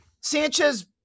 Sanchez